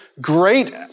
Great